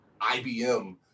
IBM